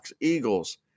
Eagles